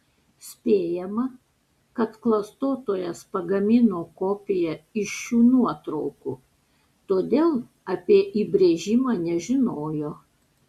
spėjama kad klastotojas pagamino kopiją iš šių nuotraukų todėl apie įbrėžimą nežinojo